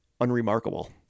unremarkable